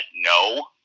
no